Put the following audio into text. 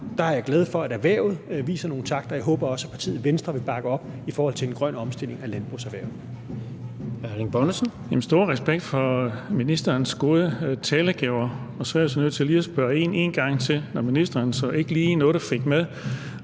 der er jeg glad for, at erhvervet viser nogle takter, og jeg håber også, at partiet Venstre vil bakke op i forhold til en grøn omstilling af landbrugserhvervet.